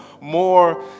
more